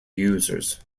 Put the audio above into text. users